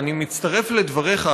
ואני מצטרף לדבריך,